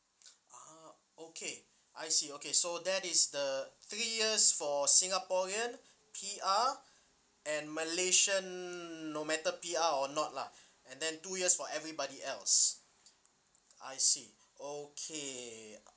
ah okay I see okay so that is the three years for singaporean P_R and malaysian no matter P_R or not lah and then two years for everybody else I see okay